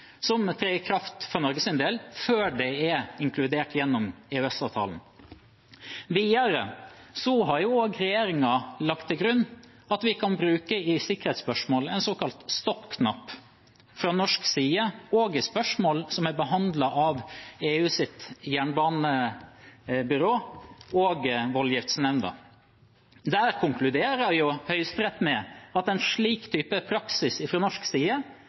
som trer i kraft for Norges del før det er inkludert gjennom EØS-avtalen. Videre har også regjeringen lagt til grunn at vi i sikkerhetsspørsmål kan bruke en såkalt stopp-knapp fra norsk side, også i spørsmål som er behandlet av EUs jernbanebyrå og voldgiftsnemnda. Der konkluderer Høyesterett med at en slik type praksis fra norsk side